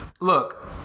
Look